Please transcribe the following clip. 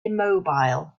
immobile